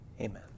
Amen